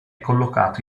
collocato